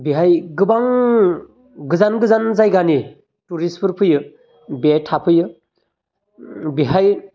बेहाय गोबां गोजान गोजान जायगोनि टुरिसफोर फैयो बेहाय थाफैयो बेहाय